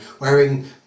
wearing